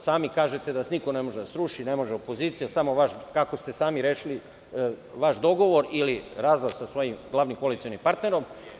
Sami kažete da niko ne može da vas sruši, ne može opozicija samo, kako ste sami rešili vaš dogovor, ili razlaz sa svojim glavnim koalicionim partnerom.